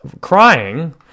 crying